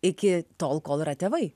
iki tol kol yra tėvai